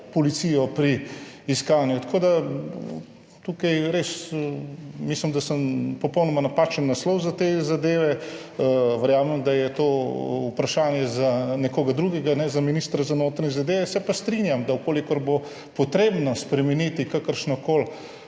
policijo pri iskanju. Tako da tukaj res mislim, da sem popolnoma napačen naslov za te zadeve. Verjamem, da je to vprašanje za nekoga drugega, ne za ministra za notranje zadeve, se pa strinjam, da v kolikor bo potrebno spremeniti kakršnokoli